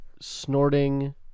snorting